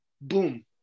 boom